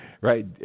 right